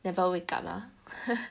never wake up ah